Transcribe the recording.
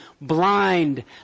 blind